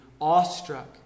awestruck